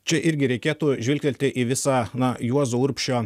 čia irgi reikėtų žvilgtelti į visą na juozo urbšio